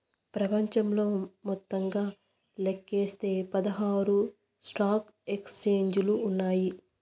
ప్రపంచంలో మొత్తంగా లెక్కిస్తే పదహారు స్టాక్ ఎక్స్చేంజిలు ఉన్నాయి